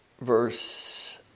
verse